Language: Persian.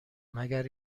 مگر